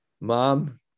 mom